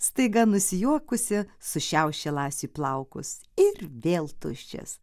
staiga nusijuokusi sušiaušė lasiui plaukus ir vėl tuščias